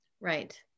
Right